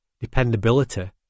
dependability